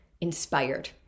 inspired